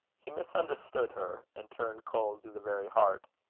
he misunderstood her, and turned cold to the very heart.